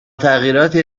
تغییراتی